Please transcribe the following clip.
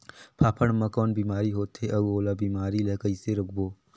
फाफण मा कौन बीमारी होथे अउ ओला बीमारी ला कइसे रोकबो?